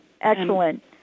Excellent